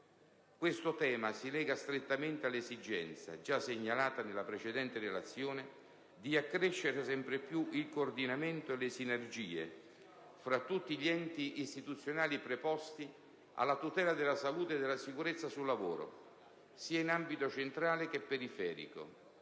Questo tema si lega strettamente all'esigenza, già segnalata nella precedente relazione, di accrescere sempre più il coordinamento e le sinergie fra tutti gli enti istituzionali preposti alla tutela della salute e della sicurezza sul lavoro, sia in ambito centrale che periferico.